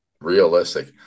realistic